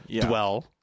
Dwell